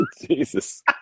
Jesus